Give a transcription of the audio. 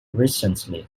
recently